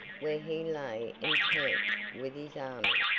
where he lay encamped with his army.